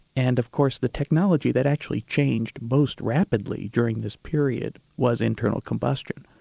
and of course the technology that actually changed most rapidly during this period was internal combustion.